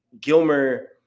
Gilmer